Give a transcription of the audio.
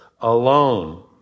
alone